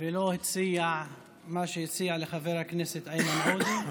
ולא הציע מה שהציע לחבר הכנסת איימן עודה.